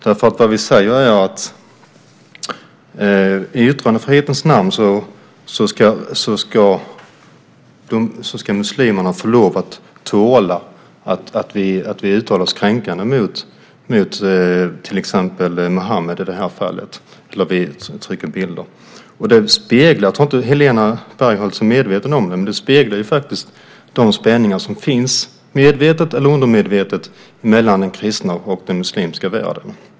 Det vi faktiskt säger är att muslimerna i yttrandefrihetens namn får lov att tåla att vi uttalar oss kränkande om, eller trycker bilder av, i det här fallet Muhammed. Jag tror inte att Helena Bargholtz är medveten om det, men det speglar de spänningar som finns - medvetet eller undermedvetet - mellan den kristna och den muslimska världen.